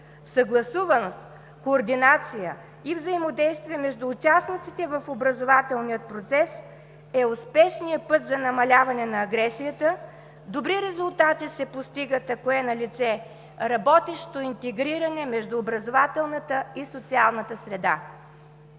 Съгласуваност, координация и взаимодействие между участниците в образователния процес е успешният път за намаляване на агресията. Добри резултати се постигат, ако е налице работещо интегриране между образователната и социалната среда.